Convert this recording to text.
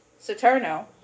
Saturno